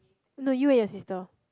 no you and your sister